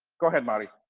go ahead mahri